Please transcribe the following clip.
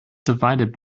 divided